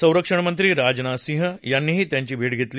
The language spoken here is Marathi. संरक्षणमंत्री राजनाथ सिंह यांचीही त्यांनी भेट घेतली